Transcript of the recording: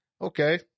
okay